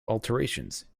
alterations